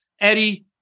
Eddie